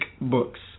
books